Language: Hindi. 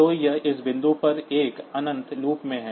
तो यह इस बिंदु पर एक अनंत लूप में है